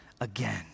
again